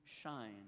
shine